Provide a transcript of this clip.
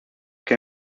que